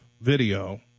video